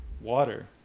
water